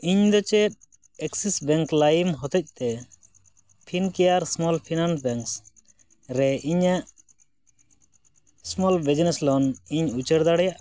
ᱤᱧᱫᱚ ᱪᱮᱫ Axis Bank ᱞᱟᱭᱤᱢ ᱦᱚᱛᱮᱡᱛᱮ Fincare small finance bank ᱨᱮ ᱤᱧᱟᱹᱜ ᱥᱢᱚᱞ ᱵᱤᱡᱽᱱᱮᱥ ᱞᱳᱱᱤᱧ ᱩᱪᱟᱹᱲ ᱫᱟᱲᱣᱭᱟᱜᱼᱟ